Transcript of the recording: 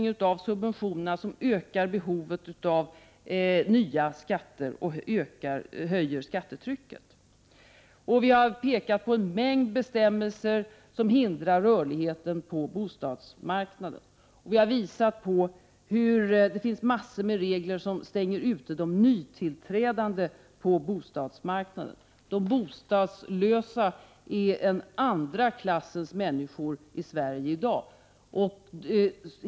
Dessutom gör subventionerna att behovet av nya skatter ökar. Skattetrycket höjs. Vi har även pekat på en mängd bestämmelser som hindrar rörligheten på bostadsmarknaden. Det finns ju en hel del regler som stänger ute nytillträdande från bostadsmarknaden. De bostadslösa är i dag andra klassens människor i Sverige.